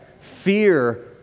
Fear